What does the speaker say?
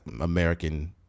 American